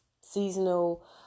seasonal